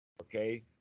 okay